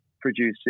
producing